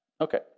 Okay